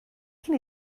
cyn